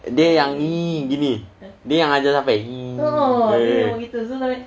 dia yang gini dia yang sampai